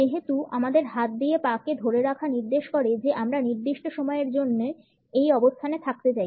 যেহেতু আমাদের হাত দিয়ে পা কে ধরে রাখা নির্দেশ করে যে আমরা নির্দিষ্ট সময়ের জন্য এই অবস্থানে থাকতে চাই